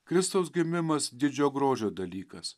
kristaus gimimas didžio grožio dalykas